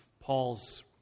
Paul's